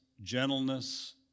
gentleness